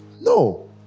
No